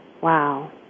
Wow